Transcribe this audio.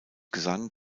gesang